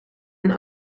een